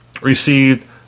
received